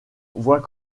voit